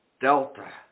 Delta